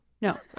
No